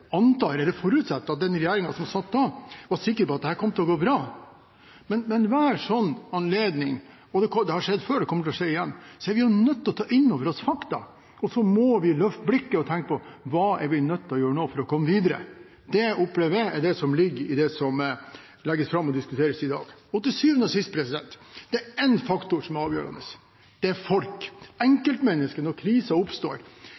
antar og forutsetter at den regjeringen som satt da, var sikker på at dette kom til å gå bra. Ved enhver slik anledning – det har skjedd før, og det kommer til å skje igjen – er vi nødt til å ta fakta inn over oss, og så må vi løfte blikket og tenke: Hva er vi nødt til å gjøre nå for å komme videre? Det opplever jeg er det som er lagt fram til diskusjon i dag. Til syvende og sist er det én faktor som er avgjørende: Det er folk, enkeltmenneskene når kriser oppstår